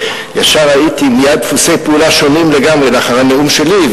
וישר ראיתי מייד דפוסי פעולה שונים לגמרי לאחר הנאום שלי,